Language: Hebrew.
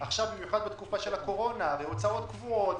במיוחד של הקורונה אתה תשלם הוצאות קבועות,